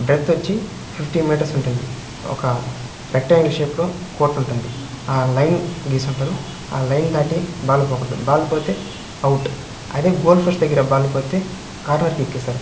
breadth వచ్చి fifty meters ఉంటుంది ఒక రెక్టఎంగిల్ షేప్లో కోర్ట్ ఉంటుంది లైన్ గీసుంటారు లైన్ దాటి బాల్ పోకూడదు బాల్ పోతే అవుట్ అదే గోల్డ్ ఫ్రెష్ దగ్గర బాల్ పోతే కార్నర్కెక్కిస్తారు